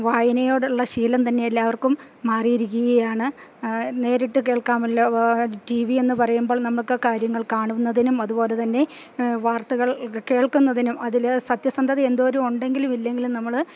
വായനയോടുള്ള ശീലം തന്നെ എല്ലാവർക്കും മാറിയിരിക്കുകയാണ് നേരിട്ട് കേൾക്കാമല്ലോ ടി വി എന്നുപറയുമ്പോൾ നമുക്ക് കാര്യങ്ങൾ കാണുന്നതിനും അതുപോലെ തന്നെ വാർത്തകൾ കേൾക്കുന്നതിനും അതില് സത്യസന്ധത എത്രമാത്രം ഉണ്ടെങ്കിലും ഇല്ലെങ്കിലും നമ്മള്